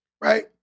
right